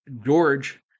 George